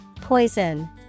Poison